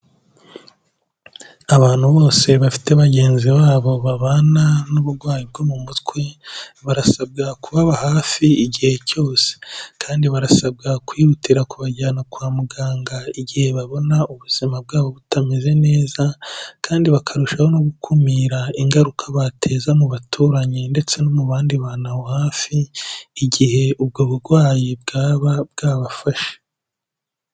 Abantu bose bafite bagenzi babo babana n'uburwayi bwo mu mutwe, barasabwa kubaba hafi igihe cyose kandi barasabwa kwihutira kubajyana kwa muganga, igihe babona ubuzima bwabo butameze neza kandi bakarushaho no gukumira ingaruka bateza mu baturanyi ndetse no mu bandi bantu aho hafi, igihe ubwo burwayi bwaba bwabafashe.